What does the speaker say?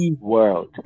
world